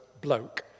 bloke